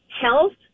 health